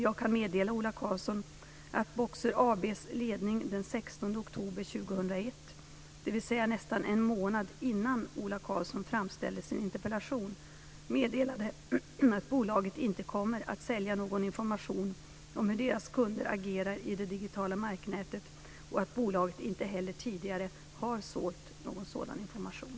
Jag kan meddela Ola Karlsson att Boxer AB:s ledning den 16 oktober 2001, dvs. nästan en månad innan Ola Karlsson framställde sin interpellation, meddelade att bolaget inte kommer att sälja någon information om hur deras kunder agerar i det digitala marknätet och att bolaget inte heller tidigare har sålt någon sådan information.